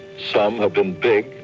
some have been big,